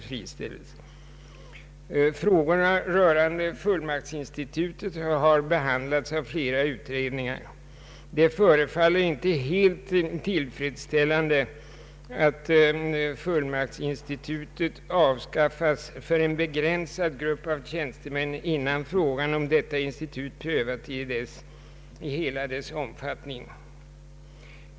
Frågor rörande fullmaktsinstitutet har behandlats av flera utredningar. Det förefaller inte helt tillfredsställande att fullmaktsinstitutet avskaffas för en begränsad grupp av tjänstemän, innan frågan om detta institut har prövats i hela sin omfattning.